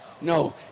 no